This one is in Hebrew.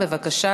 בבקשה,